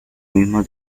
mismo